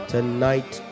Tonight